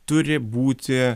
turi būti